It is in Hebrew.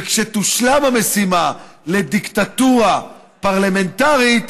וכשתושלם המשימה, לדיקטטורה פרלמנטרית,